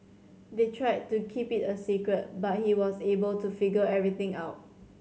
they tried to keep it a secret but he was able to figure everything out